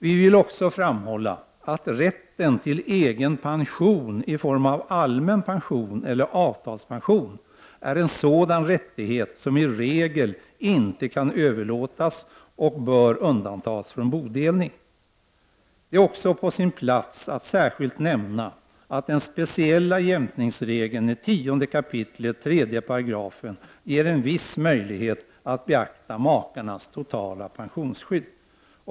Vi vill också framhålla att rätten till egen pension i form av allmän pension eller avtalspension är en sådan rättighet som i regel inte kan överlåtas och bör undantas från bodelning. Det är också på sin plats att särskilt nämna att den speciella jämkningsregeln i 10 kap. 3§ ger en viss möjlighet att beakta makarnas totala pensionsskydd.